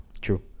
True